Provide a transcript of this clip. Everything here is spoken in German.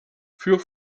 für